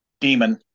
Demon